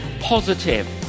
positive